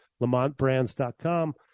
LamontBrands.com